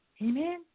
Amen